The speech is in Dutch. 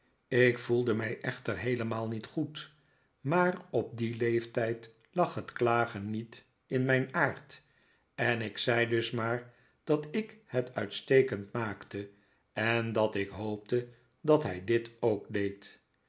ik voelde mij echter heelemaal niet goed maar op dien leeftijd lag het klagen niet in mijn aard en ik zei dus maar dat ik het uitstekend maakte en dat ik hoopte dat hij dit ook deed